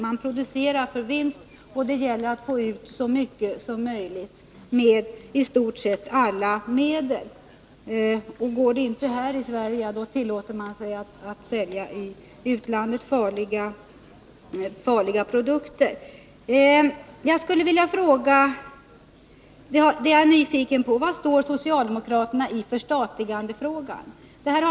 Man producerar för vinst, och det gäller att med i stort sett alla medel få ut så mycket som möjligt. Går det inte att sälja farliga produkter här i Sverige, ja, då tillåter man sig att göra det utomlands. Jag skulle vilja fråga och är nyfiken på svaret: Var står socialdemokraterna iförstatligandefrågan?